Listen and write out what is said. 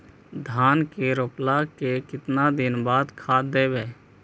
धान के रोपला के केतना दिन के बाद खाद देबै?